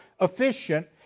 efficient